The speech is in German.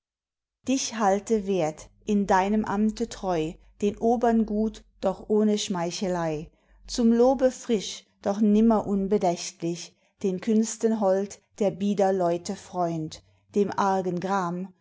dich halte wert in deinem amte treu den obern gut doch ohne schmeichelei zum lobe frisch doch nimmer unbedächtlich den künsten hold der biederleute freund dem argen gram